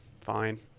Fine